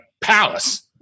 palace